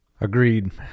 Agreed